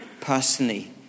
personally